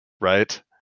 right